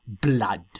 blood